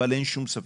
אבל אין שום ספק,